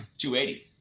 280